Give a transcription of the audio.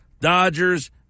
Dodgers